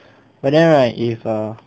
but then right if err